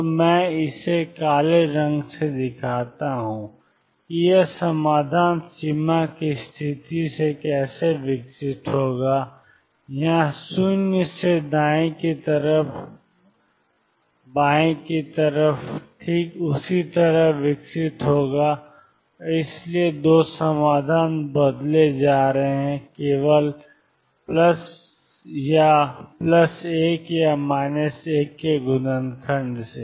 तो मैं इसे काले रंग में दिखाता हूं कि यह समाधान सीमा की स्थिति से कैसे विकसित होगा यहां 0 से दाएं हाथ की तरफ बाएं हाथ की तरफ ठीक उसी तरह विकसित होगा और इसलिए दो समाधान बदले जा रहे हैं केवल या 1 के गुणनखंड से